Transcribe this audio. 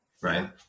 Right